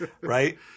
right